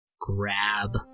grab